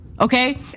Okay